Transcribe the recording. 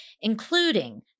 including